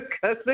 cussing